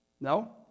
No